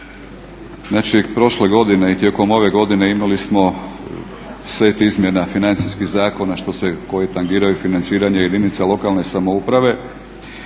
Znači prošle godine i tijekom ove godine imali smo set izmjena financijskih zakona što se, koje tangiraju financiranje jedinica lokalne samouprave.